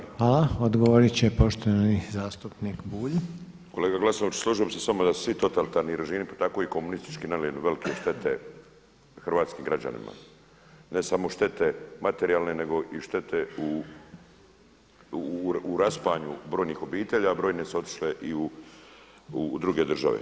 Kolega Glasović složio bi se s vama da su svi totalitarni režimi pa tako i komunistički nanijeli velike štete hrvatskim građanima, ne samo štete materijalne nego i štete u rasipanju brojnih obitelji, a brojne su otišle u druge države.